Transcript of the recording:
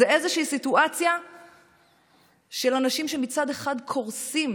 זו איזושהי סיטואציה שמצד אחד אנשים קורסים